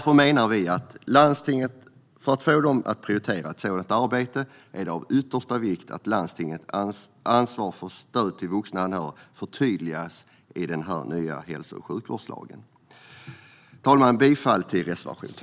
För att få landstingen att prioritera sådant arbete menar vi att det är av yttersta vikt att landstingens ansvar för stöd till vuxna anhöriga förtydligas i den nya hälso och sjukvårdslagen. Herr talman! Jag yrkar bifall till reservation 2.